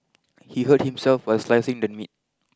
he hurt himself while slicing the meat